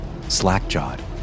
slack-jawed